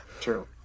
true